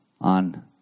on